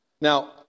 Now